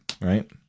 right